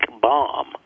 bomb